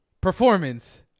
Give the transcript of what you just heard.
Performance